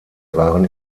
waren